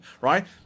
Right